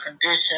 condition